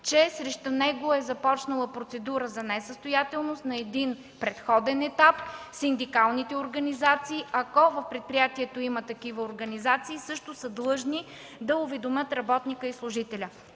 че срещу него е започнала процедура за несъстоятелност на един предходен етап. Синдикалните организации, ако в предприятието има такива организации, също са длъжни да уведомят работника и служителя.